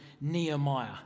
nehemiah